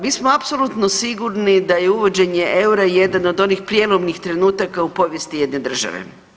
Mi smo apsolutno sigurni da je uvođenje eura jedan od onih prijelomnih trenutaka u povijesti jedne države.